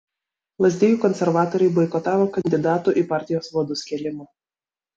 lazdijų konservatoriai boikotavo kandidatų į partijos vadus kėlimą